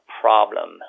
problem